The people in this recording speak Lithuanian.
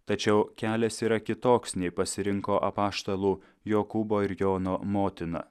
tačiau kelias yra kitoks nei pasirinko apaštalų jokūbo ir jono motina